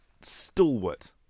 stalwart